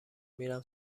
میرم